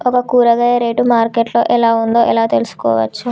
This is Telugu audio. ఒక కూరగాయ రేటు మార్కెట్ లో ఎలా ఉందో ఎలా తెలుసుకోవచ్చు?